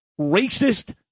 racist